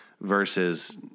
versus